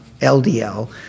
LDL